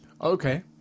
Okay